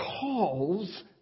calls